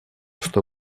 что